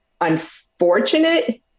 unfortunate